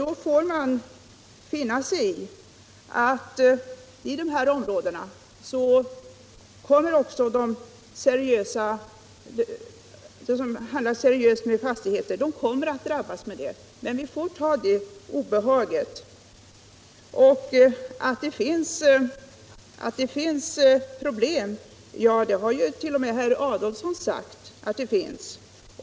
Då får man finna sig i att också de som i de här områdena handlar = hyresfastighet, seriöst med fastigheter kommer att drabbas. Man får ta detta obehag. m.m. Att det finns problem har t.o.m. herr Adolfsson sagt.